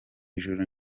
ijuru